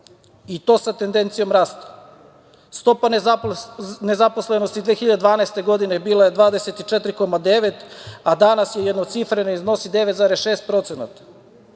i to sa tendencijom rasta. Stopa nezaposlenosti 2012. godine bila je 24,9%, a danas je jednocifrena i iznosi 9,6%.